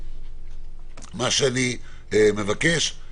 מה שאני מבקש,